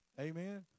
Amen